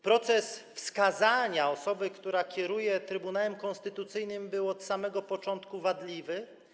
Proces wskazania osoby, która kieruje Trybunałem Konstytucyjnym, od samego początku był wadliwy.